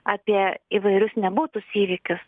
apie įvairius nebūtus įvykius